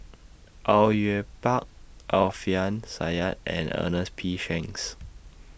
Au Yue Pak Alfian Sa'at and Ernest P Shanks